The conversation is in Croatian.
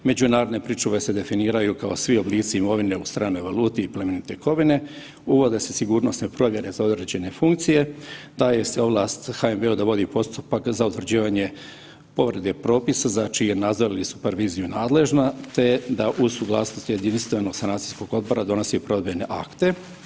Međunarodne pričuve se definiraju kao svi oblici imovine u stranoj valuti i plemenite kovine, uvode se sigurnosne provjere za određene funkcije, daje se ovlast HNB-u da vodi postupak za utvrđivanje povrede propisa za čiji je nadzor ili superviziju nadležna te da uz suglasnost jedinstvenog sanacijskog odbora donosi provedbene akte.